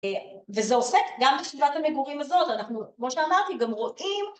אה וזה עוסק גם בסביבת המגורים הזאת, אנחנו כמו שאמרתי גם רואים